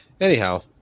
Anyhow